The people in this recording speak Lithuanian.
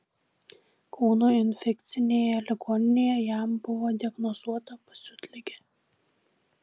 kauno infekcinėje ligoninėje jam buvo diagnozuota pasiutligė